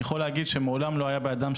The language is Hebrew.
אני יכול להגיד שמעולם לא היה אדם,